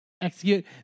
execute